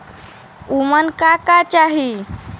उमन का का चाही?